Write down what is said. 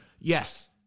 yes